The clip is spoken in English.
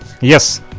Yes